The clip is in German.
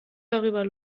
darüber